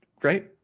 Great